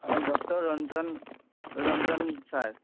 অঁ doctor Ranjan Ranjan sir